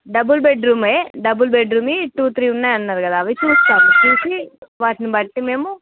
double bed రూమే double bed రూమే two three ఉన్నాయి అన్నారుకదా అవి చూస్తారు చూసి వాటిని బట్టి మేము